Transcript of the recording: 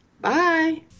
Bye